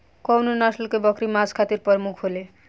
कउन नस्ल के बकरी मांस खातिर प्रमुख होले?